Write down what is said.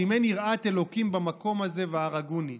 "אם אין יראת ה' במקום הזה והרגוני".